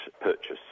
purchase